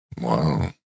Wow